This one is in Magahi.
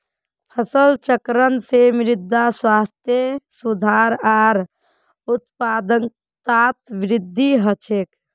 फसल चक्रण से मृदा स्वास्थ्यत सुधार आर उत्पादकतात वृद्धि ह छे